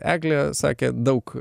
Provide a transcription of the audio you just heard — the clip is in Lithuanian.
eglė sakė daug